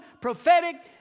prophetic